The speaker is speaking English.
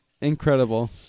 Incredible